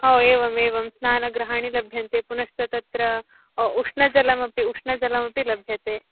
हो एवम् एवं स्नानगृहाणि लभ्यन्ते पुनश्च तत्र उ उष्णजलम् अपि उष्णजलमपि लभ्यते